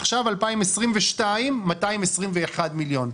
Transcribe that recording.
ב-2022 הוא 221 מיליון.